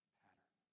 pattern